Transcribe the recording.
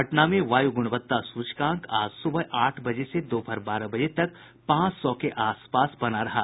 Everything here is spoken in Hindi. पटना में वायु गुणवत्ता सूचकांक आज सुबह आठ बजे से दोपहर बारह बजे तक पांच सौ के आस पास बना रहा